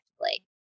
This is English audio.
effectively